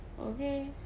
Okay